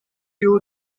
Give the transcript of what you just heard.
you